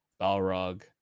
Balrog